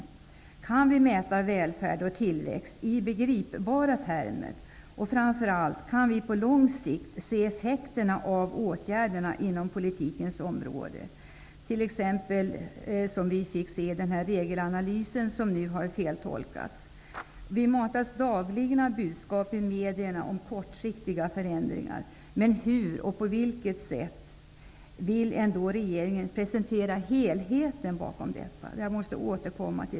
Går det att mäta välfärd och tillväxt i begripliga termer? Går det att på lång sikt se effekterna av åtgärderna inom politikens område, t.ex. med hjälp av regelanalysen -- som har feltolkats? Vi matas dagligen av budskap i medierna om kortsiktiga förändringar. Men hur och på vilket sätt vill regeringen presentera helheten bakom detta?